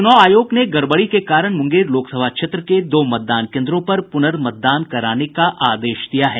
चूनाव आयोग ने गड़बड़ी के कारण मुंगेर लोकसभा क्षेत्र के दो मतदान केंद्रों पर पुनर्मतदान कराने का आदेश दिया है